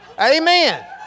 Amen